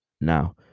now